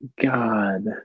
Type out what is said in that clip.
God